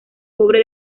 pobre